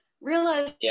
realize